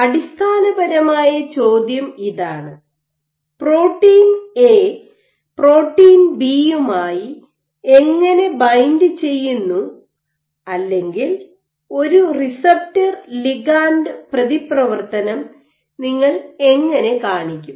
അടിസ്ഥാനപരമായ ചോദ്യം ഇതാണ് പ്രോട്ടീൻ എ പ്രോട്ടീൻ ബി യുമായി എങ്ങനെ ബൈൻഡ് ചെയ്യുന്നു അല്ലെങ്കിൽ ഒരു റിസപ്റ്റർ ലിഗാണ്ട് പ്രതിപ്രവർത്തനം നിങ്ങൾ എങ്ങനെ കാണിക്കും